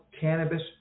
Cannabis